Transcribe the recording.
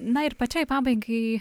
na ir pačiai pabaigai